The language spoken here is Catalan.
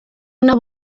una